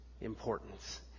importance